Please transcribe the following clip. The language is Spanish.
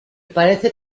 parece